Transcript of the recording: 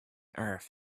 earth